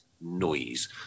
noise